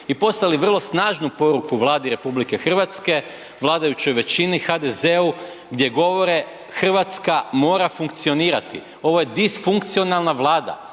o poslali vrlo snažnu poruku Vladi RH, vladajućoj većini HDZ-u gdje govore Hrvatska mora funkcionirati. Ovo je disfunkcionalna Vlada,